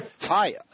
Hi